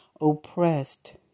oppressed